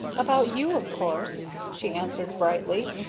about you, of course, she answered, brightly.